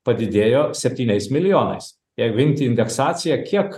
padidėjo septyniais milijonais jeigu imti indeksaciją kiek